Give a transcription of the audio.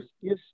Yes